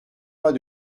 pas